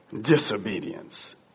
disobedience